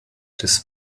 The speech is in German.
des